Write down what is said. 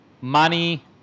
money